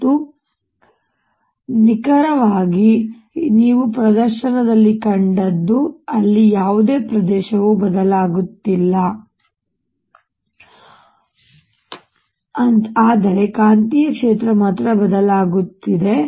ಮತ್ತು ಇದು ನಿಖರವಾಗಿ ನೀವು ಪ್ರದರ್ಶನದಲ್ಲಿ ಕಂಡದ್ದು ಅಲ್ಲಿ ಯಾವುದೇ ಪ್ರದೇಶವು ಬದಲಾಗುತ್ತಿಲ್ಲ ಆದರೆ ಕಾಂತೀಯ ಕ್ಷೇತ್ರ ಮಾತ್ರ ಬದಲಾಗುತ್ತಿದೆ